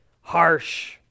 harsh